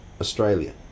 Australia